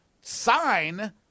sign